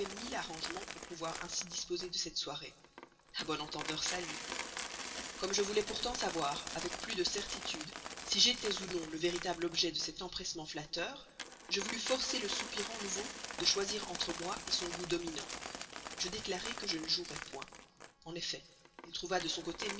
mille arrangements pour pouvoir disposer ainsi de cette soirée a bon entendeur salut comme je voulais pourtant savoir avec plus de certitude si j'étais ou non le véritable objet de cet empressement flatteur je voulus le forcer le soupirant nouveau de choisir entre moi son goût dominant je déclarai que je ne jouerais point en effet il trouva de son côté